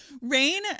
Rain